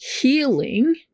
healing